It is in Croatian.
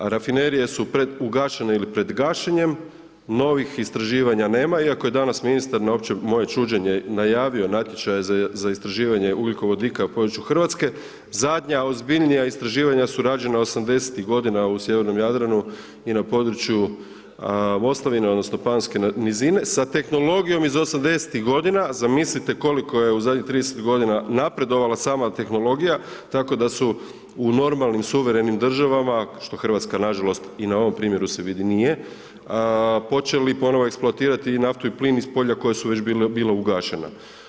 A rafinerije su ugašene ili pred gašenjem, novih istraživanja nema iako je danas ministar na opće moje čuđenje najavio natječaj za istraživanje ugljikovodika na području RH, zadnja ozbiljnija istraživanja su rađena 80.-tih godina u sjevernom Jadranu i na području Moslavine odnosno Panonske nizine sa tehnologijom iz '80.-tih godina, a zamislite koliko je u zadnjih 30 godina napredovala sama tehnologija tako da su u normalnim suverenim državama što Hrvatska nažalost i na ovom primjeru se vidi nije počeli ponovo eksploatirati i naftu i plin iz polja koja su već bila ugašena.